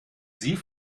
sie